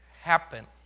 happen